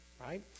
right